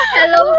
Hello